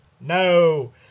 No